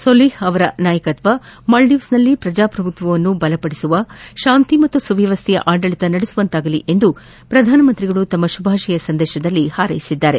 ಸೊಲಿಹ್ರವರ ನಾಯಕತ್ವ ಮಾಲ್ವೀವ್ಸ್ನಲ್ಲಿ ಪ್ರಜಾಪ್ರಭುತ್ವವನ್ನು ಬಲಪಡಿಸುವ ಶಾಂತಿ ಮತ್ತು ಸುವ್ಕವಸ್ಥೆಯ ಆಡಳಿತ ನಡೆಸುವಂತಾಲಿ ಎಂದು ಪ್ರಧಾನಿಯವರು ತಮ್ಮ ಶುಭಾಶಯ ಸಂದೇಶದಲ್ಲಿ ಪಾರೈಸಿದ್ದಾರೆ